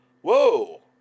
whoa